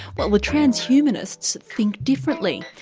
well, the transhumanists think differently.